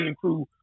crew